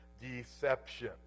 deception